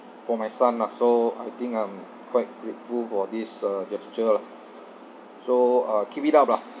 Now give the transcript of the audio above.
for my son lah so I think I'm quite grateful for this uh gesture lah so uh keep it up lah